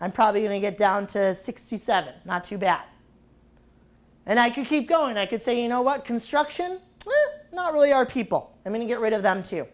and probably going to get down to sixty seven not to bat and i could keep going and i could say you know what construction not really are people i mean to get rid of them too